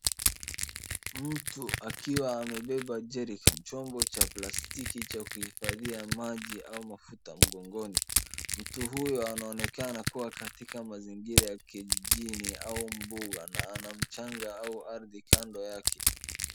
Mtu akiwa amebeba jerican chombo cha plastiki cha kuhifadhia maji au mafuta mgongoni. Mtu huyo anaonekana kuwa katika mazingira ya kijijini au borehole na ana mchanga ardhi kando yake.